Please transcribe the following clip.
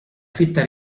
fitta